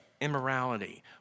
immorality